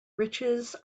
riches